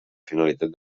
finalitat